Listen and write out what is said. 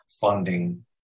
funding